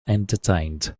entertained